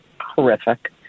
horrific